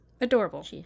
adorable